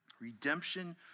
Redemption